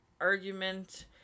argument